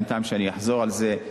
אין טעם שאני אחזור על זה,